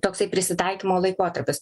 toksai prisitaikymo laikotarpis